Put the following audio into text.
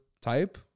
type